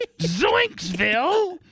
Zoinksville